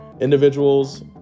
individuals